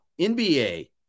NBA